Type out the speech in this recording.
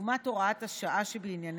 כדוגמת אלו שבהוראת השעה שבענייננו,